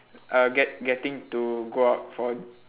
uh get getting to go out for